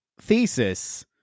thesis